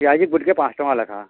ପିଆଜି ଗୁଟ୍କେ ପାଞ୍ଚ୍ ଟଙ୍କା ଲେଖା